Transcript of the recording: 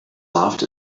laughed